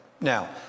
Now